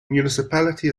municipality